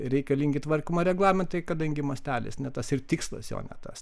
reikalingi tvarkymo reglamentai kadangi mastelis ne tas ir tikslas jo ne tas